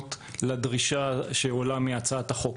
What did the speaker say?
המצלמות לדרישה שעולה מהצעת החוק,